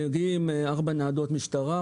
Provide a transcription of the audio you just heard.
מגיעים עם ארבע ניידות משטרה,